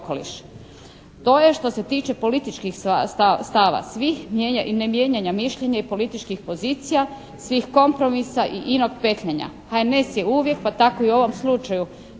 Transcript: To je što se tiče političkih stava, svih mijenja i nemijenjanja mišljenja i pozicija, svih kompromisa i inog petljanja. HNS je uvijek, pa tako i u ovom slučaju